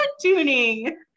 tuning